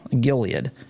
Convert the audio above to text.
Gilead